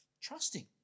trusting